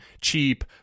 cheap